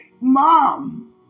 mom